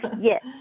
Yes